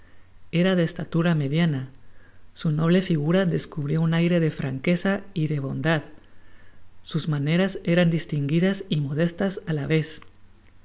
era de estatura mediana su noble figura descubria un aire de franqueza y de bondad sus maneras eran distinguidas y modestas á la vez